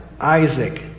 Isaac